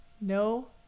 no